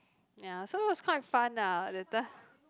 ya so it was quite fun ah that time